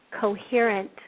coherent